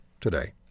today